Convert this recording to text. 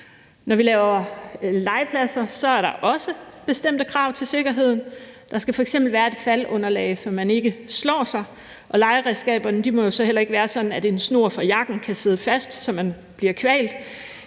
Når vi laver legepladser, er der også bestemte krav til sikkerheden. Der skal f.eks. være et faldunderlag, så man ikke slår sig, og legeredskaberne må så heller ikke være sådan, at en snor fra jakken kan sidde fast, så man bliver kvalt,